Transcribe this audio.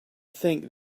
think